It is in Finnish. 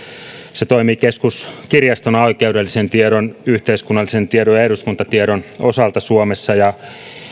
se toimii keskuskirjastona oikeudellisen tiedon yhteiskunnallisen tiedon ja eduskuntatiedon osalta suomessa ja sillä on